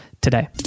today